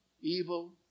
evil